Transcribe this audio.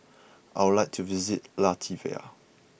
I would like to visit Latvia